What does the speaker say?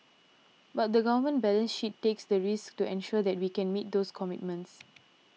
but the Government balance sheet takes the risk to ensure that we can meet those commitments